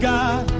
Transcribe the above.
God